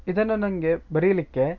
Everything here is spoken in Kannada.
ಇದನ್ನು ನನಗೆ ಬರೀಲಿಕ್ಕೆ